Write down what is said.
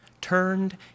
turned